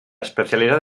especialidad